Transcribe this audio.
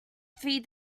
feed